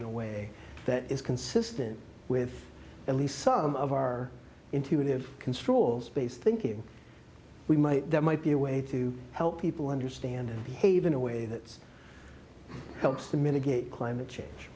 in a way that is consistent with at least some of our intuitive can stroll space thinking we might that might be a way to help people understand behave in a way that helps to mitigate climate change